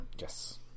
yes